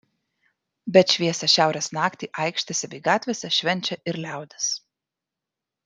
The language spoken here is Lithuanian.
bet šviesią šiaurės naktį aikštėse bei gatvėse švenčia ir liaudis